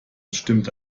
stimmte